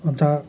अन्त